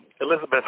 Elizabeth